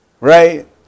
right